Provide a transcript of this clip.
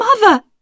mother